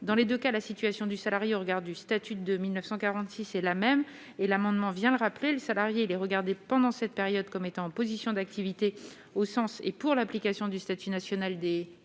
dans les 2 cas, la situation du salarié au regard du statut de 1946 est la même et l'amendement vient de rappeler les salariés, les regarder pendant cette période comme étant en position d'activité au sens et pour l'application du statut national des